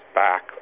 back